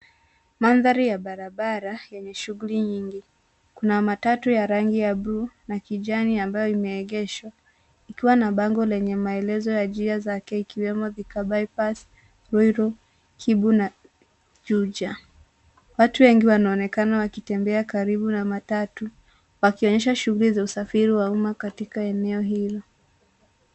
Mandhari ya barabara yenye shughuli nyingi. Kuna matatu ya rangi ya blue na kijani, ambayo imeegeshwa ikiwa na bango yenye njia zake ikiwemo thika bypass, ruiru, kimbo na juja. Watu wengi wanaonekana wakitembea karibu na matatu, wakionyesha shughuli za usafiri wa umma katika eneo hilo.